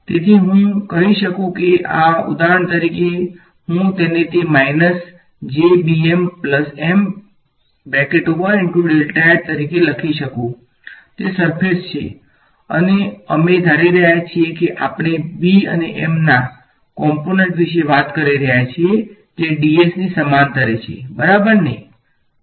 તેથી હું કહી શકું છું કે આ ઉદાહરણ તરીકે હું તેને તે તરીકે લખી શકું તે સર્ફેસ છે અને અમે ધારી રહ્યા છીએ કે આપણે B અને M ના કોમ્પોનંટ વિશે વાત કરી રહ્યા છીએ જે ds વેક્ટર ની સમાંતરે છે બરાબર છે